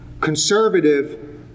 conservative